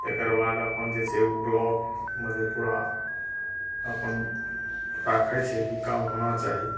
तकरबाद अपन जे छै ओ ब्लॉक मधेपुरा अपन राखै छै जे ई काम होना चाही